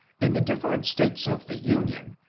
in the different states of the union,